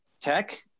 tech